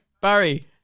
Barry